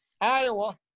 Iowa